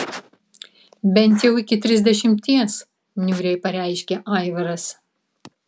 bent jau iki trisdešimties niūriai pareiškė aivaras